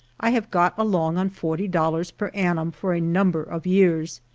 i have got along on forty dollars per annum for a number of years,